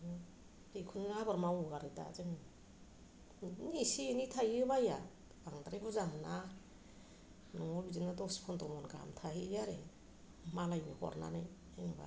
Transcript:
बेखौनो आबाद मावो आरो दा जों बिदिनो इसे इनै थायो माया बांद्राय बुरजा नङा बिदिनो दस पनद्र महन गाहाम थायो आरो मालायनो हरनानै जेनेबा